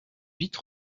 vite